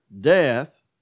death